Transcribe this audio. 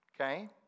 Okay